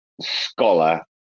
scholar